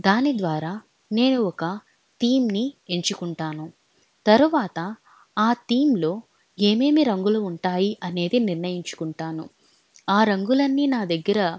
దాని ద్వారా నేను ఒక థీమ్ని ఎంచుకుంటాను తరువాత ఆ థీమ్లో ఏమేమి రంగులు ఉంటాయి అనేది నిర్ణయించుకుంటాను ఆ రంగులన్నీ నా దగ్గర